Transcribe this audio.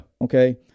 Okay